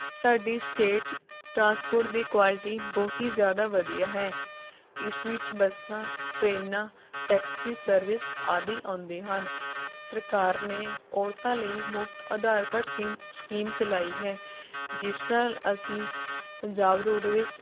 ਸਾਡੀ state transport ਦੀ quality ਬਹੁਤ ਹੀ ਜ਼ਿਆਦਾ ਵਧੀਆ ਹੈ ਇਸ ਵਿੱਚ ਬੱਸਾਂ ਟ੍ਰੇਨਾਂ ਟੈਕਸੀ ਸਰਵਿਸ ਆਦਿ ਆਉਂਦੇ ਹਨ ਸਰਕਾਰ ਨੇ ਔਰਤਾਂ ਲਈ ਮੁਫਤ ਆਧਾਰ ਕਾਰਡ ਸੀਮ ਸਕੀਮ ਚਲਾਈ ਹੈ ਜਿਸ ਨਾਲ ਅਸੀਂ ਪੰਜਾਬ ਰੋਡਵੇਜ਼